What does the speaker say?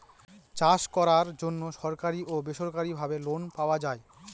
চাষ করার জন্য সরকারি ও বেসরকারি ভাবে লোন পাওয়া যায়